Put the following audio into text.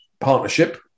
partnership